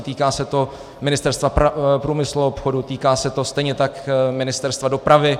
Týká se to Ministerstva průmyslu a obchodu, týká se to stejně tak Ministerstva dopravy.